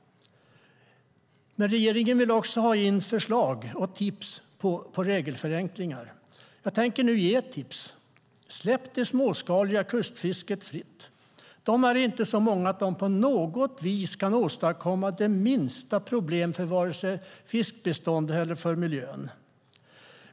Regeringen vill ha in förslag och tips på regelförenklingar, och jag tänkte därför ge sådana tips. Släpp det småskaliga kustfisket fritt. Dessa fiskare är inte så många att de kan åstadkomma det minsta problem vare sig för fiskbeståndet eller för miljön.